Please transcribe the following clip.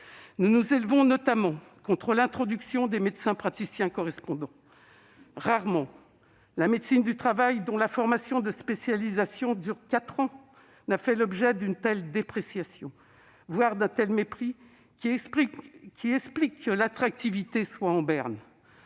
Nous nous élevons notamment contre l'introduction des médecins praticiens correspondants. Rarement les médecins du travail, dont la spécialisation dure quatre ans, n'ont fait l'objet d'une telle dépréciation, voire d'un tel mépris. Cela explique que l'attractivité soit en berne.